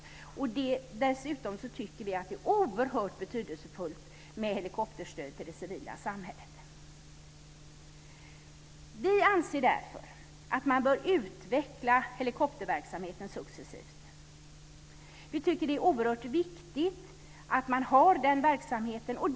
Dels tycker vi dessutom att det är oerhört betydelsefullt med helikopterstöd till det civila samhället. Vi anser därför att man bör utveckla helikopterverksamheten successivt. Vi tycker att det är oerhört viktigt att man har denna verksamhet.